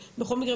בכל מקרה,